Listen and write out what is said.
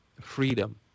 freedom